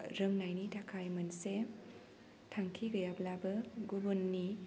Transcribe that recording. रोंनायनि थाखाय मोनसे थांखि गैयाब्लाबो गुबुननि